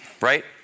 right